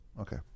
Okay